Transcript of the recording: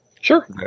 Sure